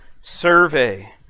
survey